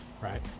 right